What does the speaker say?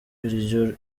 iryo